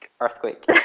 Earthquake